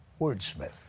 wordsmith